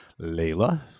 Layla